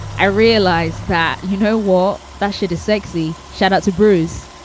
i realized that, you know, war that should a sexy shout out to bruce.